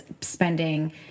spending